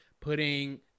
putting